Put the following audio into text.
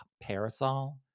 parasol